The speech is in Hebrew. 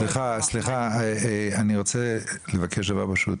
סליחה, אני רוצה לבקש דבר פשוט.